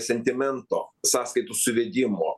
sentimento sąskaitų suvedimo